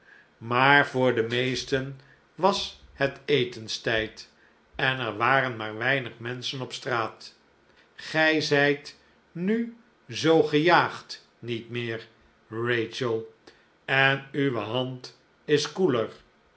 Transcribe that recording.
maar voor de meesten was het etenstijd en er waren maar weinig menschen op straat ge zijt nu zoo gejaagd niet meer rachel en uwe hand is koeler